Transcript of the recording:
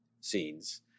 scenes